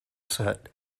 set